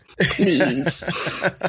please